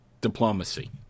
diplomacy